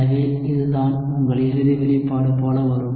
எனவே இதுதான் உங்கள் இறுதி வெளிப்பாடு போல வரும்